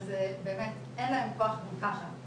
אז באמת אין להם כוח גם ככה,